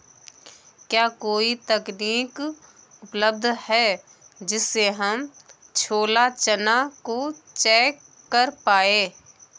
क्या कोई तकनीक उपलब्ध है जिससे हम छोला चना को चेक कर पाए?